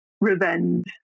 revenge